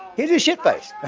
he's just shit-faced